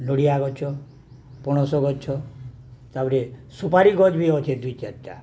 ନଡ଼ିଆ ଗଛ ପଣସ ଗଛ ତାପରେ ସୁପାରି ଗଛ ବି ଅଛେ ଦୁଇ ଚାରିଟା